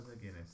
Guinness